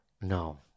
No